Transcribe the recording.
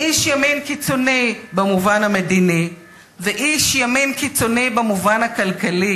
איש ימין קיצוני במובן המדיני ואיש ימין קיצוני במובן הכלכלי.